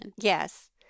Yes